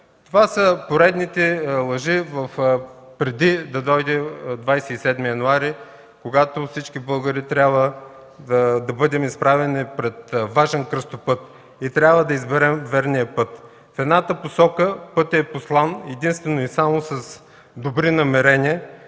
това са поредните лъжи преди да дойде 27 януари, когато всички българи трябва да бъдем изправени пред важен кръстопът и трябва да изберем верния път. В едната посока пътят е постлан единствено и само с добри намерения